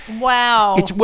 Wow